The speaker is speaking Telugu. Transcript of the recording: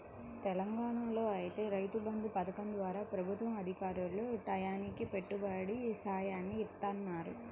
తెలంగాణాలో ఐతే రైతు బంధు పథకం ద్వారా ప్రభుత్వ అధికారులు టైయ్యానికి పెట్టుబడి సాయాన్ని ఇత్తన్నారు